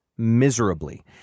miserably